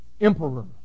emperor